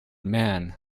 man